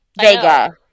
Vega